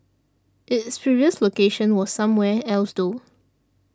its previous location was somewhere else though